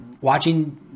watching